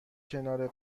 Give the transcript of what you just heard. کنار